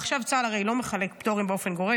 והרי עכשיו צה"ל לא מחלק פטורים באופן גורף,